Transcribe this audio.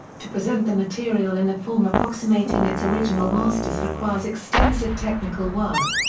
to present the material in a form approximating its original masters requires extensive technical work,